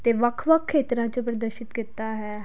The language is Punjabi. ਅਤੇ ਵੱਖ ਵੱਖ ਖੇਤਰਾਂ 'ਚ ਪ੍ਰਦਰਸ਼ਿਤ ਕੀਤਾ ਹੈ